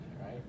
right